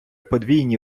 подвійні